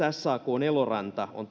sakn eloranta on